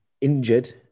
injured